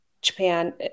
Japan